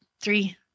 Three